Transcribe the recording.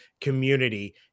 community